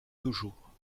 toujours